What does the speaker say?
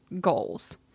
goals